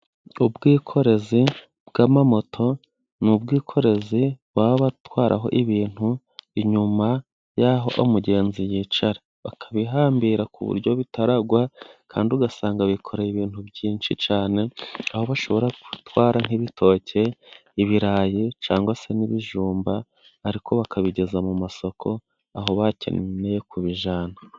Ubwikorezi bw'amamoto ni ubwikorezi baba batwaraho ibintu inyuma y'aho umugenzi yicara, bakabihambira ku buryo bitagwa kandi ugasanga bikoreye ibintu byinshi cyane. Aho bashobora gutwara nk'ibitoki, ibirayi cyangwa se n'ibijumba ariko bakabigeza mu masoko aho bakeneye kubijyana.